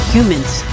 Humans